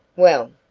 well,